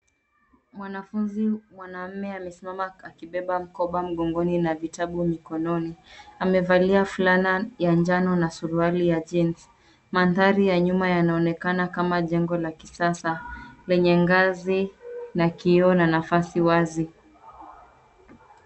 Mwanafunzi mwanaume amesimama akibeba mkoba mgongoni na vitabu mikononi. Amevalia fulana ya njano na suruali ya jeans . Mandhari ya nyuma yanaonekana kama jengo la kisasa, lenye ngazi la kioo na nafasi wazi.